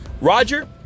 Roger